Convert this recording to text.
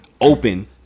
open